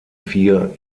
vier